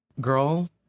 Girl